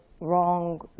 wrong